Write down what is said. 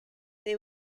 they